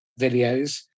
videos